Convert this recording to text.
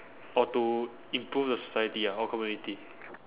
oh to improve the society ah or community